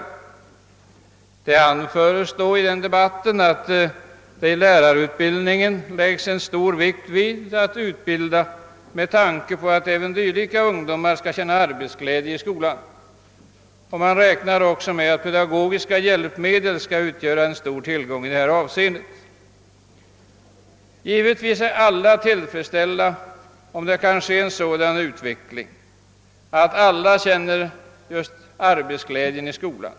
I debatten har det lagts stor vikt vid att lärarna får en utbildning som sätter dem i stånd att hjälpa dessa ungdomar att känna arbetsglädje i skolan. Man räknar också med att pedagogiska hjälpmedel skall utgöra en stor tillgång i detta avseende. Givetvis är vi alla tillfredsställda, om vi får en sådan utveckling att alla elever kan känna trivsel i skolan.